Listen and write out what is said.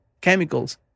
chemicals